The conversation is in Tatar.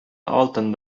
алтын